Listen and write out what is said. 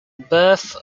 birth